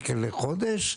לחודש,